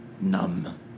numb